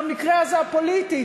במקרה הזה הפוליטית,